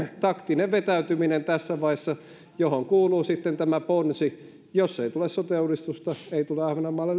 taktinen vetäytyminen tässä vaiheessa johon kuuluu sitten tämä ponsi että jos ei tule sote uudistusta ei tule ahvenanmaalle